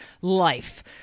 life